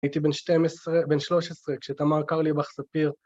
הייתי בן שלוש עשרה כשתמר קרליבך ספיר.